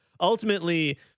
ultimately